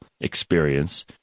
experience